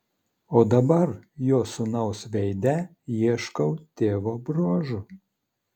o dabar jo sūnaus veide ieškau tėvo bruožų